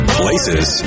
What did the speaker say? places